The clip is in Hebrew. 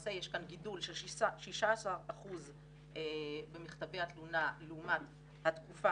למעשה יש כאן גידול של 16% במכתבי התלונה לעומת התקופה